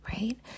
right